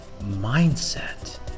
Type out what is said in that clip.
mindset